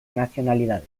nacionalidades